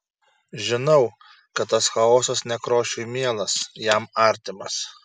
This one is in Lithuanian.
žinau kad tas chaosas nekrošiui mielas jam artimas